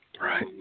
Right